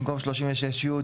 במקום "36י,